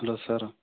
hello sir